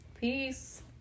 Peace